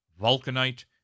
vulcanite